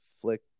flick